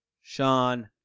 Sean